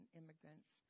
immigrants